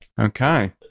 okay